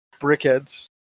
BrickHeads